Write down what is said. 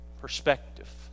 perspective